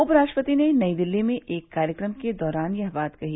उपराष्ट्रपति ने नई दिल्ली में एक कार्यक्रम के दौरान यह बात कही